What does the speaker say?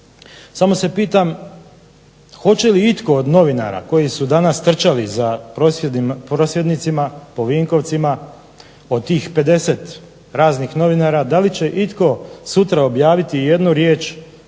samo se pitam hoće li itko od novinara koji su danas trčali za prosvjednicima po Vinkovcima od tih 50 raznih novinara, da li će itko sutra objaviti ijednu riječ